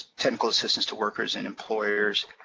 technical assistance to workers and employers,